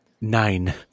nine